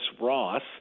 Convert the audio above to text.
Ross